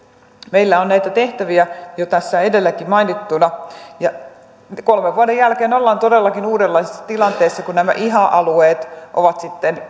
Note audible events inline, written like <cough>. meillä on näitä tehtäviä jo tässä edelläkin mainittuna ja kolmen vuoden jälkeen ollaan todellakin uudenlaisessa tilanteessa kun nämä iha alueet ovat sitten <unintelligible>